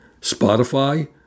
Spotify